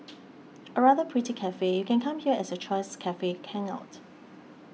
a rather pretty cafe you can come here as your choice cafe can out